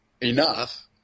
enough